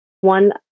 one